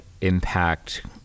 impact